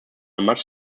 much